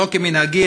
שלא כמנהגי,